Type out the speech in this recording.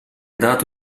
dato